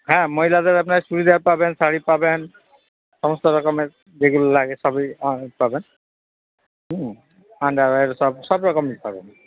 হ্যাঁ মহিলাদের আপনার চুড়িদার পাবেন শাড়ি পাবেন সমস্ত রকমের যেগুলো লাগে সবই পাবেন আন্ডারওয়্যার সবরকমই পাবেন